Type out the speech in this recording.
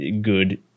good